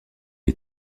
est